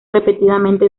repetidamente